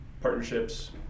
partnerships